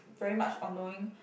very much on knowing